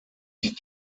ich